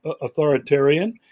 authoritarian